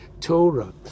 Torah